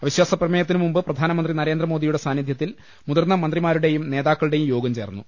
അവിശ്വാസ പ്രമേയത്തിന് മുമ്പ് പ്രധാനമന്ത്രി നരേന്ദ്ര മോദിയുടെ സാന്നിധ്യത്തിൽ മുതിർന്ന മന്ത്രിമാരുടെയും നേതാ ക്കളുടെയും യോഗം ചേർന്നു